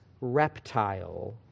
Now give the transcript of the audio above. reptile